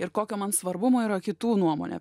ir kokio man svarbumo yra kitų nuomonė